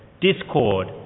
Discord